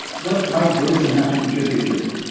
what might buddhism have to contribute here?